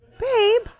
babe